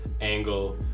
angle